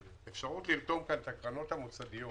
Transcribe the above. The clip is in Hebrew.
האפשרות כאן היא לרתום את הקרנות המוסדיות,